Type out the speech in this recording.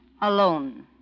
alone